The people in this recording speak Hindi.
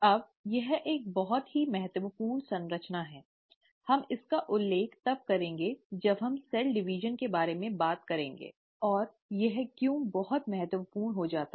अब यह एक बहुत ही महत्वपूर्ण संरचना है हम इसका उल्लेख तब करेंगे जब हम सेल डिवीजन के बारे में बात करेंगे और यह क्यों बहुत महत्वपूर्ण हो जाता है